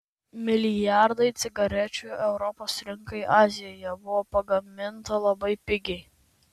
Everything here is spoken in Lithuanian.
milijardai cigarečių europos rinkai azijoje buvo pagaminta labai pigiai